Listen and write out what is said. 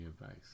advice